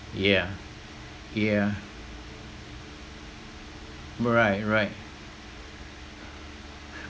yeah yeah alright right